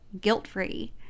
guilt-free